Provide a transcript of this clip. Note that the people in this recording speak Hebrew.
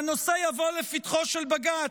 והנושא יבוא לפתחו של בג"ץ,